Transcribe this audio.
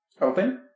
Open